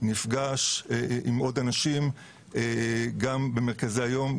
נפגש עם עוד אנשים במרכזי היום,